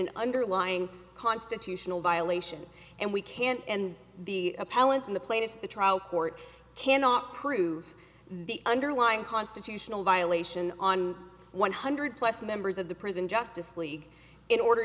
an underlying constitutional violation and we can't and the appellant in the plainest the trial court cannot prove the underlying constitutional violation on one hundred plus members of the prison justice league in order